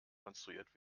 konstruiert